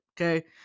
Okay